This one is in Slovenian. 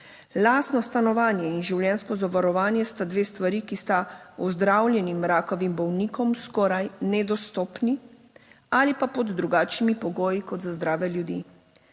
Lastno stanovanje in življenjsko zavarovanje sta dve stvari, ki sta ozdravljenim rakavim bolnikom skoraj nedostopni ali pa pod drugačnimi pogoji, kot za zdrave ljudi.